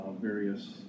various